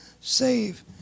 save